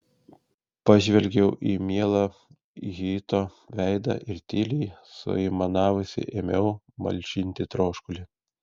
pažvelgiau į mielą hito veidą ir tyliai suaimanavusi ėmiau malšinti troškulį